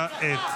הצבעה כעת.